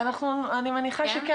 בבקשה.